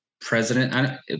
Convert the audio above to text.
president